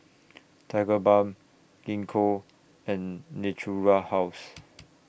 Tigerbalm Gingko and Natura House